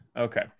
Okay